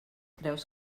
creus